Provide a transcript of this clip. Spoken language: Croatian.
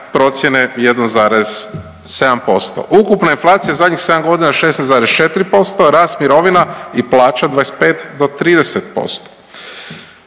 procjene 1,7%, ukupna inflacija u zadnjih 7.g. 16,4%, rast mirovina i plaća 25 do 30%,